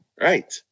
Right